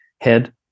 head